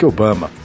Obama